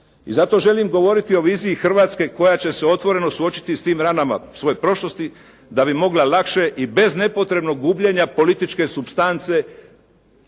I zato želim govoriti o viziji Hrvatske koja će se otvoreno suočiti s tim ranama svoje prošlosti da bi mogla lakše i bez nepotrebnog gubljenja političke supstance